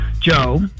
Joe